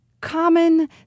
common